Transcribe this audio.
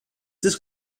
this